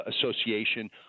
Association